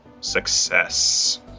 success